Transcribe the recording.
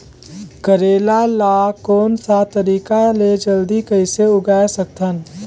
करेला ला कोन सा तरीका ले जल्दी कइसे उगाय सकथन?